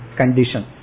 condition